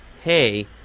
hey